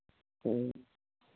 ठीक